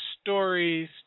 stories